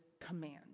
command